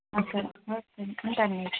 okay అండి okay అండి ఉంటాను అండి